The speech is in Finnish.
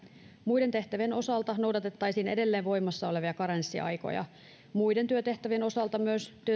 muiden tehtävien osalta noudatettaisiin edelleen voimassa olevia karenssiaikoja muiden työtehtävien osalta myös